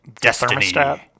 Destiny